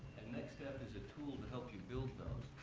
nextstep is a tool to help you build those,